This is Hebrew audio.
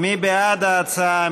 מי בעד ההצעה?